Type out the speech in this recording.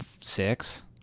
six